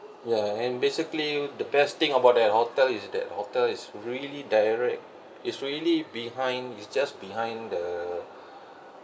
ya and basically the best thing about that hotel is that hotel is really direct is really behind is just behind the